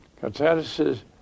catalysis